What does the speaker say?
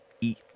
eat